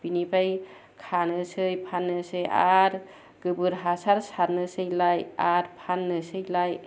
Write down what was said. बिनिफ्राय खानोसै फाननोसै आरो गोबोर हासार सारनोसैलाय आरो फाननोसैलाय